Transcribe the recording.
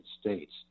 States